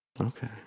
Okay